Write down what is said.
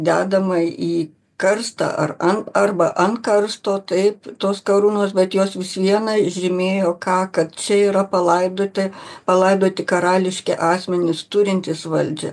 dedama į karstą ar ant arba ant karsto taip tos karūnos bet jos vis viena žymėjo ką kad čia yra palaidoti palaidoti karališki asmenys turintys valdžią